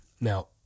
Now